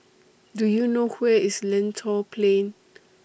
Do YOU know Where IS Lentor Plain